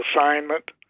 assignment